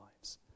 lives